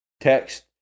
text